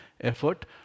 effort